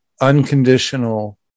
unconditional